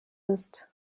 ist